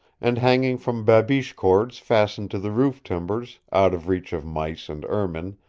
and hanging from babiche cords fastened to the roof timbers, out of reach of mice and ermine,